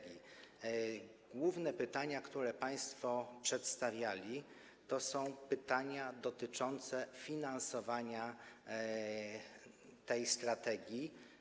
Główne pytania, które państwo przedstawiali, to są pytania dotyczące finansowania tej strategii.